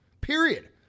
Period